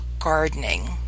gardening